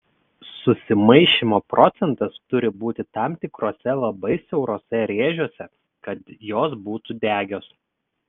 susimaišymo procentas turi būti tam tikruose labai siauruose rėžiuose kad jos būtų degios